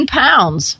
pounds